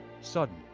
sudden